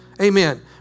Amen